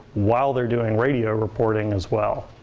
while they're doing radio reporting as well.